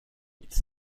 its